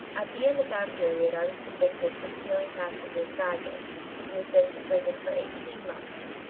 at the end of that period i was convicted for stealing passengers' baggage and was sent to prison for eighteen months.